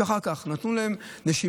שאחר כך נתנה להם נשימה.